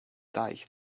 deich